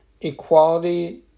equality